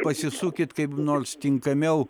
pasisukit kaip nors tinkamiau